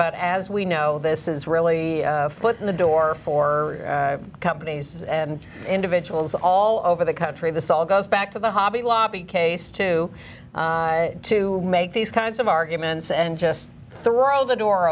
but as we know this is really a foot in the door for companies and individuals all over the country this all goes back to the hobby lobby case to to make these kinds of arguments and just throw the door